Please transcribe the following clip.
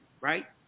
right